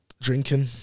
drinking